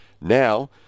Now